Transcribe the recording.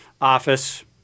office